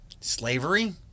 Slavery